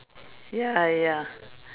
ya ya